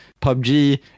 PUBG